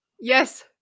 Yes